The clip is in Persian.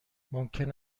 ممکن